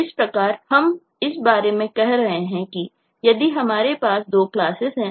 इस प्रकार हम इस बारे में बात कर रहे हैं कि यदि हमारे पास दो क्लासेस हैं